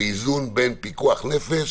באיזון בין פיקוח נפש